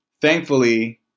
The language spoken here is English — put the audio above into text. Thankfully